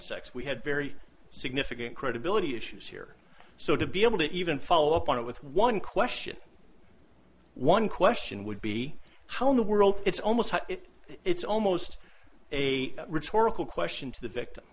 sex we had very significant credibility issues here so to be able to even follow up on it with one question one question would be how in the world it's almost it's almost a rhetorical question to the victim